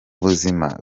buzima